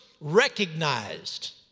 recognized